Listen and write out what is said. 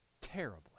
terribly